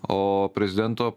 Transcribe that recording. o prezidento